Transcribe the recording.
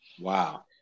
Wow